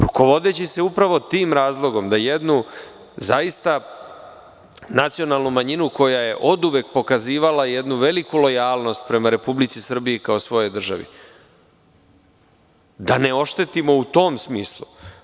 Rukovodeći se upravo tim razlogom, da jednu zaista nacionalnu manjinu koja je oduvek pokazivala jednu veliku lojalnost prema Republici Srbiji kao svojoj državi, da ne oštetimo u tom smislu.